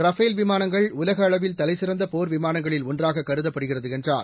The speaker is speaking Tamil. ரஃபேல் விமானங்கள் உலக அளவில் தலைசிறந்த போர் விமானங்களில் ஒன்றாக கருதப்படுகிறது என்றார்